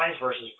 versus